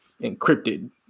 encrypted